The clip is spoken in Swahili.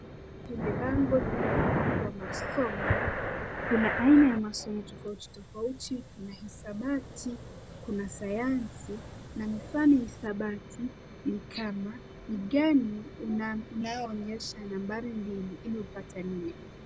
Kwenye bango lililoandikwa masomo. Kuna aina ya masomo tofauti tofauti. Kuna hisabati, kuna sayansi na mifano ya hisabati ni kama, ni gani unayoonyesha nambari mbili ili upate nne.